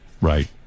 right